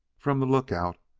from the lookout,